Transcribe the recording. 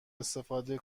استفاده